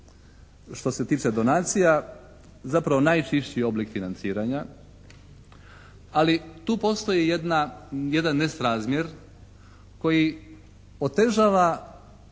što se tiče donacija zapravo najčišći oblik financiranja. Ali tu postoji jedan nesrazmjer koji otežava